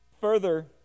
Further